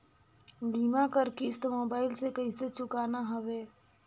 बीमा कर किस्त मोबाइल से कइसे चुकाना हवे